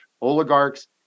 oligarchs